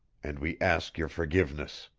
and we ask your forgiveness.